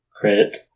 Crit